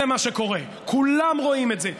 זה מה שקורה, כולם רואים את זה.